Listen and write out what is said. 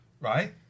right